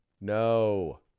No